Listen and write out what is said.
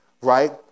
right